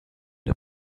had